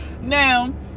Now